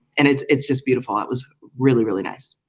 and it's it's just beautiful. it was really really nice